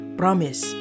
promise